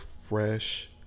fresh